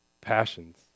passions